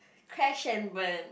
crash and burn